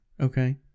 Okay